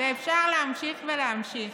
ואפשר להמשיך ולהמשיך.